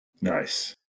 Nice